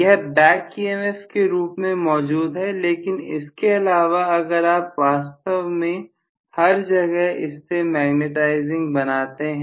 professor यह back EMF के रूप में मौजूद है लेकिन इसके अलावा अगर आप वास्तव में हर जगह इससे मैग्नेटाइजिंग बनाते हैं